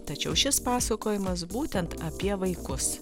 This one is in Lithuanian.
tačiau šis pasakojimas būtent apie vaikus